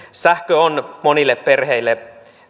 on monille perheille